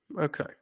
Okay